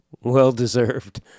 Well-deserved